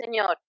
Señor